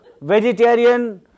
Vegetarian